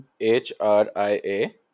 H-R-I-A